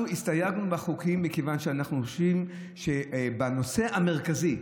אנחנו הסתייגנו מהחוקים מכיוון שאנו חשים שבנושא המרכזי,